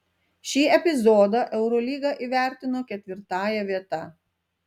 šį epizodą eurolyga įvertino ketvirtąja vieta